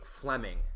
Fleming